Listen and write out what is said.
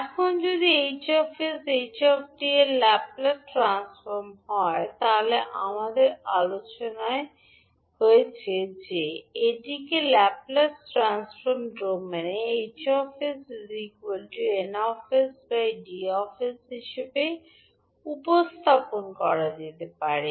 এখন যদি 𝐻 𝑠 ℎ 𝑡 এর ল্যাপ্লেস ট্রান্সফর্ম হয় আমরা আলোচিত হয়েছে যে এটিকে ল্যাপ্লেস ট্রান্সফর্ম ডোমেনে 𝐻 𝑠 𝑁 𝑠 𝐷 𝑠 হিসাবে উপস্থাপন করা যেতে পারে